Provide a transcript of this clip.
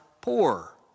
poor